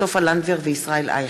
סופה לנדבר וישראל אייכלר.